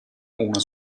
una